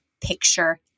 picture